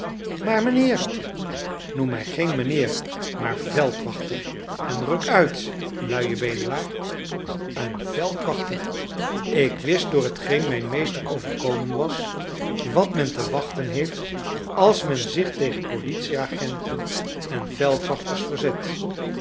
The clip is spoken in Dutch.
maar mijnheer noem mij geen mijnheer maar veldwachter en ruk uit luie bedelaar een veldwachter ik wist door hetgeen mijn meester overkomen was wat men te wachten heeft als men zich tegen politieagenten en veldwachters verzet